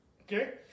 Okay